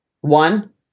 one